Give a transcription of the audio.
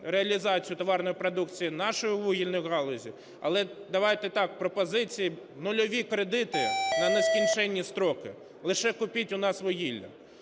реалізацію товарної продукції наші вугільні галузі. Але, давайте так, пропозиції, нульові кредити на нескінчені строки, лише купіть у нас вугілля.